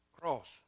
cross